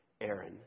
Aaron